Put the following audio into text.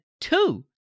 two